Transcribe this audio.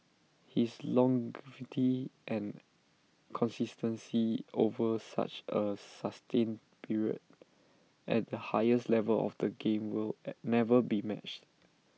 his longevity and consistency over such A sustained period at the highest level of the game will never be matched